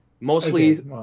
mostly